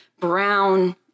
brown